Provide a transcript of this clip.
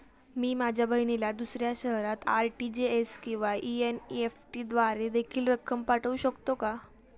मी माझ्या बहिणीला दुसऱ्या शहरात आर.टी.जी.एस किंवा एन.इ.एफ.टी द्वारे देखील रक्कम पाठवू शकतो का?